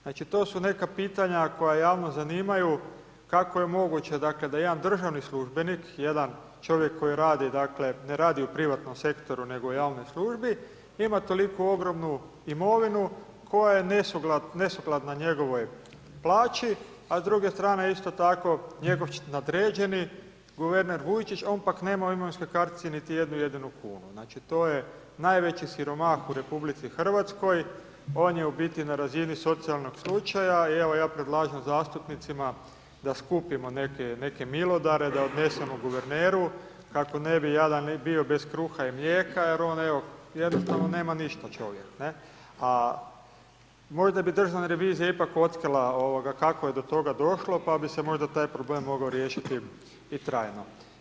Znači, to su neka pitanja koja javnost zanimaju kako je moguće, dakle, da jedan državni službenik, jedan čovjek koji radi, dakle, ne radi u privatnom sektoru, nego u javnoj službi ima toliku ogromnu imovinu koja je nesukladna njegovoj plaći, a s druge strane isto tako njegov nadređeni, guverner Vujčić, on pak nema u imovinskoj kartici niti jednu jedinu kunu, znači, to je najveći siromah u RH, on je u biti na razini socijalnog slučaja i evo ja predlažem zastupnicima da skupimo neke milodare da odnesemo guverneru, kako ne bi jadan bio bez kruha i mlijeka, jer on evo jednostavno nema ništa čovjek, ne, a možda bi Državna revizija ipak otkrila kako je do toga došlo, pa bi se možda taj problem mogao riješiti i trajno.